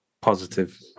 positive